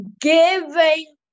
giving